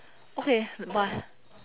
okay bye